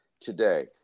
today